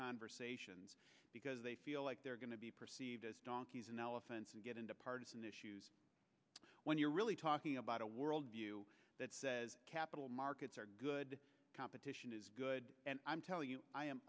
conversations because they feel like they're going to be perceived as donkeys and elephants and get into partisan issues when you're really talking about a world view that says capital markets are good competition is good and i'm telling you i am